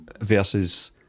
Versus